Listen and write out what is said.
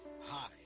Hi